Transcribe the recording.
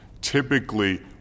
Typically